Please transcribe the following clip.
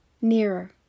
nearer